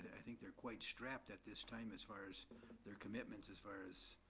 i think they're quite strapped at this time, as far as their commitments, as far as,